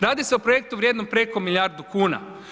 Radi se o projektu vrijednom preko milijardu kuna.